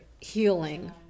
healing